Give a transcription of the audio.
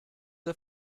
der